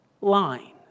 line